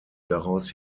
daraus